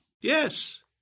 Yes